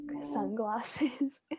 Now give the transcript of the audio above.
sunglasses